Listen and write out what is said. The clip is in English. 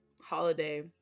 holiday